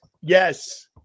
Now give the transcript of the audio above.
Yes